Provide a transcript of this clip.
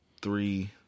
three